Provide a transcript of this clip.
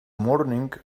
morning